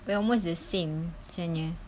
we're almost the same sebenarnya